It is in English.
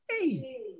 hey